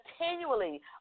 continually